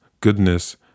goodness